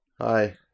Hi